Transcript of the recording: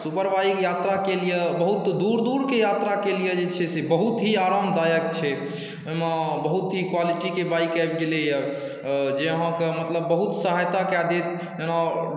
super bike यात्राके लिए बहुत दूर दूरके यात्राके लिए जे छै से बहुत ही आरामदायक छै ओहिमे बहुत ही क्वालिटीके बाइक आबि गेलैए जे अहाँके मतलब बहुत सहायता कऽ देत जेना